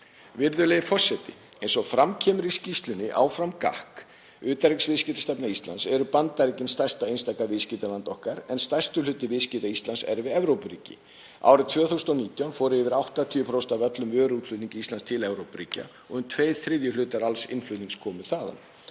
Virðulegi forseti. Eins og fram kemur í skýrslunni Áfram gakk! Utanríkisviðskiptastefna Íslands eru Bandaríkin stærsta einstaka viðskiptaland okkar en stærstur hluti viðskipta Íslands er við Evrópuríki. Árið 2019 fóru yfir 80% af öllum vöruútflutningi Íslands til Evrópuríkja og um tveir þriðju hlutar alls innflutnings komu þaðan.